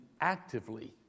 actively